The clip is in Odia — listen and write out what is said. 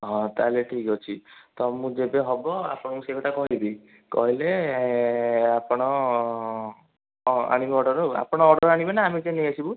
ହଁ ତାହେଲେ ଠିକ୍ ଅଛି ତ ମୁଁ ଯେବେ ହବ ଆପଣଙ୍କୁ ସେଇ କଥା କହିବି କହିଲେ ଆପଣ ଆଣିବେ ଅର୍ଡ଼ର୍ ଆଉ ଆପଣ ଅର୍ଡ଼ର୍ ଆଣିବେନା ଆମେ ଯାଇକି ନେଇ ଆସିବୁ